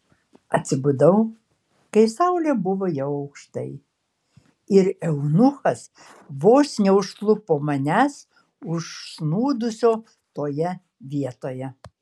atsibudau kai saulė buvo jau aukštai ir eunuchas vos neužklupo manęs užsnūdusio toje vietoje